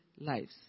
lives